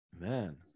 man